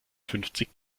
fünfzig